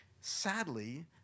Sadly